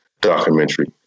documentary